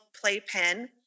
playpen